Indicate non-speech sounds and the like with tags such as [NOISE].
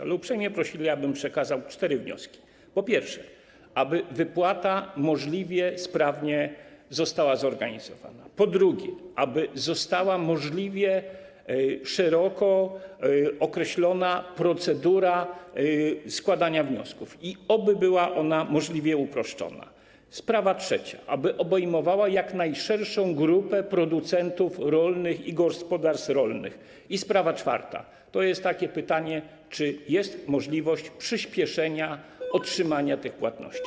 Ale uprzejmie prosili, abym przekazał cztery wnioski: po pierwsze, aby wypłata możliwie sprawnie została zorganizowana, po drugie, aby została możliwie szeroko określona procedura składania wniosków, i oby była ona możliwie uproszczona, sprawa trzecia, aby obejmowała jak najszerszą grupę producentów rolnych i gospodarstw rolnych, i sprawa czwarta, to jest takie pytanie, czy jest możliwość przyspieszenia [NOISE] otrzymania tych płatności.